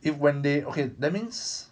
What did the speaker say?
if when they okay that means